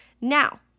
Now